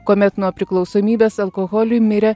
kuomet nuo priklausomybės alkoholiui mirė